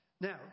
Now